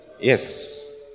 Yes